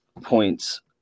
points